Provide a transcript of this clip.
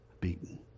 beaten